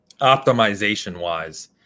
optimization-wise